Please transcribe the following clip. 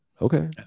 Okay